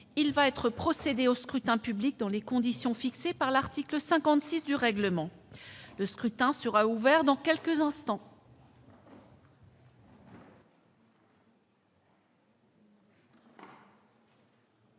Il va être procédé au scrutin dans les conditions fixées par l'article 56 du règlement. Le scrutin est ouvert. Personne ne demande